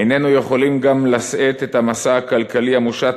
איננו יכולים גם לשאת את המשא הכלכלי המושת